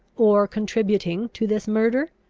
or contributing to this murder?